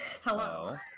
Hello